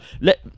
Let